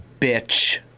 bitch